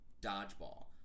dodgeball